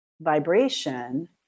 vibration